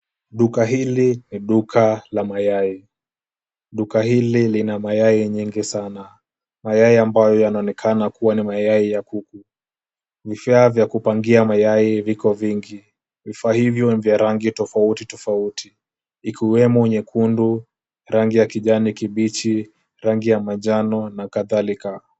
Duka hili ni duka la mayai. Duka hili lina mayai nyingi sana, mayai ambayo yanaonekana kuwa ni mayai ya kuku. Vifaa vya kupangia mayai viko vingi. Vifaa hivyo ni vya rangi tofauti tofauti ikiwemo nyekundu, rangi ya kijani kibichi, rangi ya manjano na kadhalika.